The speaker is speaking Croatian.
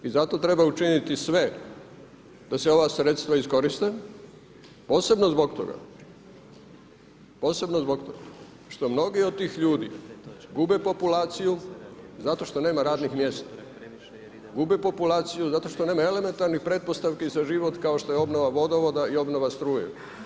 I zato treba učiniti sve da se ova sredstva iskoriste, posebno zbog toga što mnogi od tih ljudi gube populaciju zato što nema radnih mjesta, gube populaciju zato što nema elementarnih pretpostavki za život, kao što je obnova vodovoda i obnova struje.